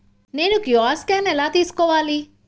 నేను QR scan ఎలా తీసుకోవాలి?